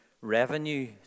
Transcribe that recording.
Revenue